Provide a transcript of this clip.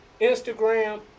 Instagram